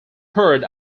part